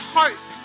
hope